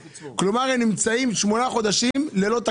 כלומר, הם נמצאים 8 תקציב.